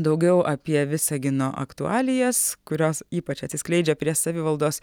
daugiau apie visagino aktualijas kurios ypač atsiskleidžia prieš savivaldos